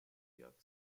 york